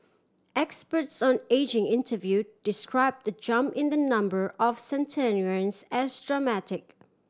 experts on ageing interview describe the jump in the number of centenarians as dramatic